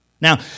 Now